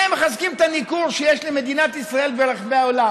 אתם מחזקים את הניכור שיש כלפי מדינת ישראל ברחבי העולם.